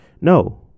no